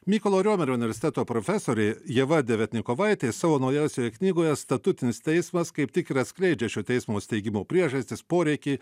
mykolo riomerio universiteto profesorė ieva deviatnikovaitė savo naujausioje knygoje statutinis teismas kaip tik ir atskleidžia šio teismo steigimo priežastis poreikį